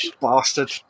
bastard